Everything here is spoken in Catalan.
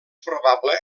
probable